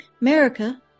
America